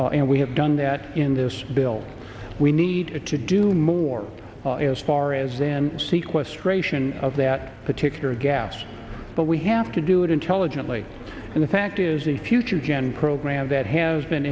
and we have done that in this bill we need to do more as far as in seaquest ration of that particular gas but we have to do it intelligently and the fact is a future gen program that has been